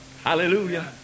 Hallelujah